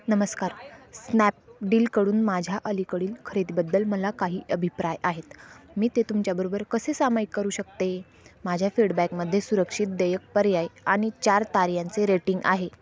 नमस्कार स्नॅपडीलकडून माझ्या अलीकडील खरेदीबद्दल मला काही अभिप्राय आहेत मी ते तुमच्याबरोबर कसे सामायिक करू शकते माझ्या फीडबॅकमध्ये सुरक्षित देयक पर्याय आणि चार ताऱ्यांचे रेटिंग आहे